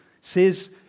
says